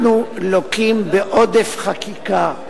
אנחנו לוקים בעודף חקיקה.